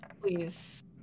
Please